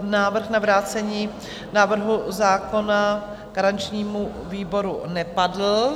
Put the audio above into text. Návrh na vrácení návrhu zákona garančnímu výboru nepadl.